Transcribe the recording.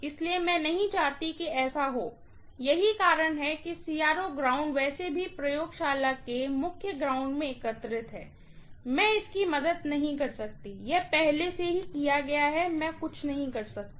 इसलिए मैं नहीं चाहती कि ऐसा हो यही कारण है कि CRO ग्राउंड वैसे भी प्रयोगशाला के मुख्य ग्राउंड में एकत्रित है मैं इसकी मदद नहीं कर सकती यह पहले से ही किया गया है मैं कुछ भी नहीं कर सकती